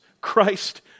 Christ